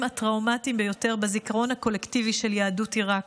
הטראומטיים ביותר בזיכרון הקולקטיבי של יהדות עיראק,